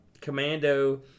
Commando